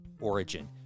Origin